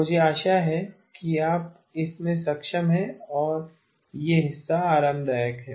मुझे आशा है कि आप इस में सक्षम हैं और यह हिस्सा आरामदायक है